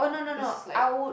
cause it's like